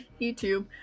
YouTube